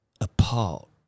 apart